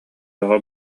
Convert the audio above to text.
бөҕө